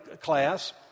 class